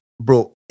Bro